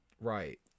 Right